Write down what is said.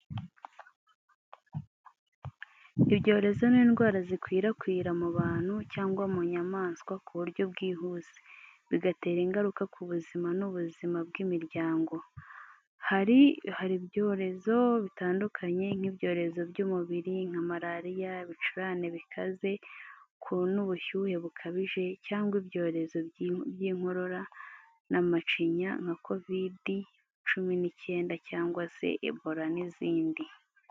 Ibyorezo ni indwara zikwirakwira mu bantu cyangwa mu nyamaswa ku buryo bwihuse, bigatera ingaruka ku buzima n’ubuzima bw’imiryango. Hari byorezo bitandukanye, nk’ibyorezo by’umubiri nka malaria, ibicurane bikaze n’ubushyuhe bukabije, cyangwa ibyorezo by’inkorora na macinya nka COVID cumi n’I cyenda cyangwa se Ebola n’izindi.